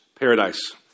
paradise